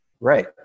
Right